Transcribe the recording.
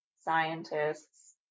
scientists